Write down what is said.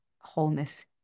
wholeness